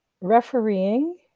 refereeing